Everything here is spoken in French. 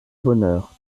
bonheur